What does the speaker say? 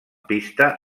pista